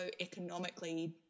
economically